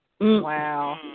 Wow